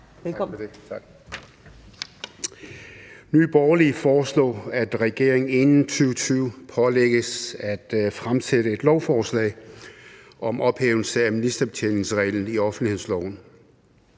Nye Borgerlige foreslår, at regeringen inden udgangen af 2020 pålægges at fremsætte et lovforslag om ophævelse af ministerbetjeningsreglen i offentlighedsloven.